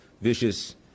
vicious